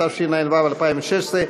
התשע"ו 2016,